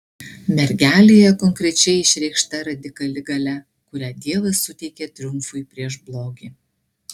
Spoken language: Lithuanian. mergelėje konkrečiai išreikšta radikali galia kurią dievas suteikė triumfui prieš blogį